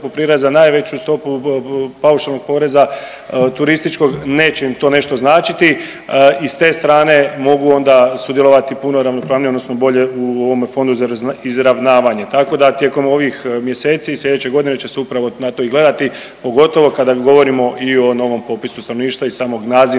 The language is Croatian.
prireza, najveću stopu paušalnog poreza, turističkog, neće im to nešto značiti i s te strane mogu onda sudjelovati puno ravnopravnije odnosno bolje u ovome fondu za izravnavanje, tako da tijekom ovih mjeseci i slijedeće godine će se upravo na to i gledati, pogotovo kada govorimo i o novom popisu stanovništva i samog nazivnika